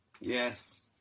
Yes